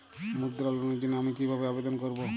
মুদ্রা লোনের জন্য আমি কিভাবে আবেদন করবো?